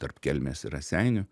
tarp kelmės ir raseinių